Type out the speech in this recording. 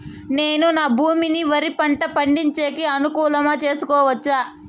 నేను నా భూమిని వరి పంట పండించేకి అనుకూలమా చేసుకోవచ్చా?